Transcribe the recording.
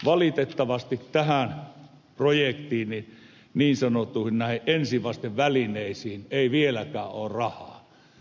valitettavasti tämän projektin niin sanottuihin ensivastevälineisiin ei vieläkään ole rahaa